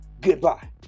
goodbye